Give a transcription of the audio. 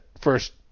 first